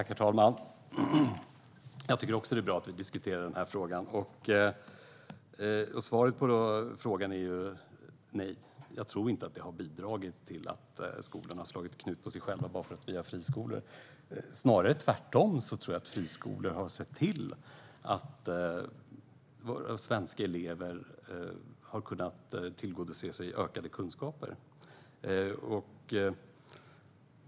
Herr talman! Jag tycker också att det är bra att vi diskuterar denna fråga. Svaret på frågan är nej. Att vi har friskolor tror jag inte har bidragit till att skolor har slagit knut på sig själva. Jag tror snarare tvärtom, att friskolor har sett till att svenska elever har kunnat tillgodogöra sig ökade kunskaper.